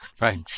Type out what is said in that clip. right